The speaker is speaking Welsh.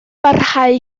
parhau